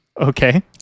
Okay